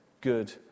good